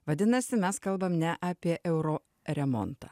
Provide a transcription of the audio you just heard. vadinasi mes kalbam ne apie euro remontą